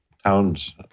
towns